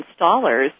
installers